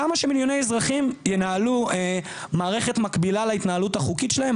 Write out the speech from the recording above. למה שמיליוני אזרחים ינהלו מערכת מקבילה למערכת החוקית שלהם,